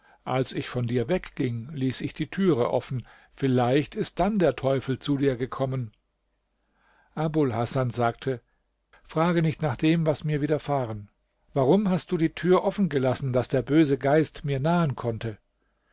als ich von dir wegging ließ ich die türe offen vielleicht ist dann der teufel zu dir gekommen abul hasan sagte frage nicht nach dem was mir widerfahren warum hast du die tür offengelassen daß der böse geist mir nahen konnte